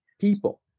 people